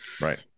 Right